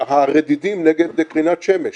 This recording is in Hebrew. הרדידים נגד קרינת שמש